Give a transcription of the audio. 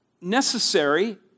necessary